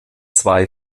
zwei